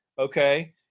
okay